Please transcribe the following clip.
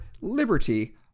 liberty